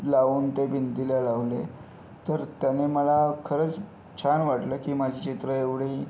लावून ते भिंतीला लावले तर त्याने मला खरंच छान वाटलं की माझी चित्र एवढी